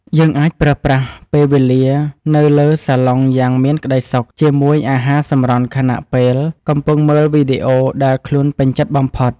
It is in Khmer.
យើងអាចប្រើប្រាស់ពេលវេលានៅលើសាឡុងយ៉ាងមានក្ដីសុខជាមួយអាហារសម្រន់ខណៈពេលកំពុងមើលវីដេអូដែលខ្លួនពេញចិត្តបំផុត។